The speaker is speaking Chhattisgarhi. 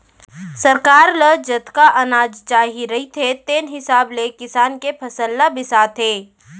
सरकार ल जतका अनाज चाही रहिथे तेन हिसाब ले किसान के फसल ल बिसाथे